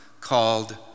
Called